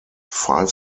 five